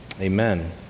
amen